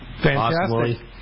Fantastic